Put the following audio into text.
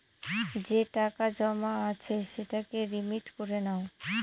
যে টাকা জমা আছে সেটাকে রিডিম করে নাও